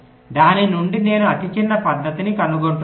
దాని నుండి నేను అతి చిన్న పద్ధతిని కనుగొంటున్నాను